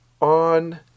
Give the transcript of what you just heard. on